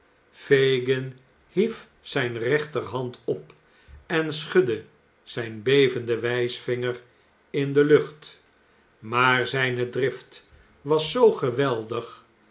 fagin hief zijne rechterhand op en schudde zijn bevenden wijsvinger in de lucht maar zijne drift was zoo geweldig